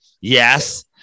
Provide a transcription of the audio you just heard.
yes